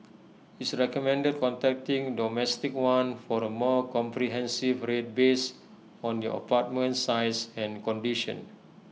it's recommended contacting domestic one for A more comprehensive rate based on your apartment size and condition